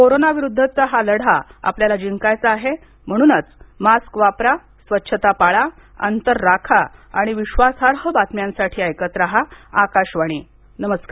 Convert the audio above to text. corona विरुद्धचा हा लढा आपल्याला जिंकायचा आहे म्हणूनच मास्क वापरा स्वच्छता पाळा अंतर राखा आणि विश्वासार्ह बातम्यांसाठी ऐकत रहा आकाशवाणी नमस्कार